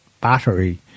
battery